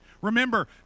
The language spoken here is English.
Remember